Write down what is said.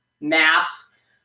maps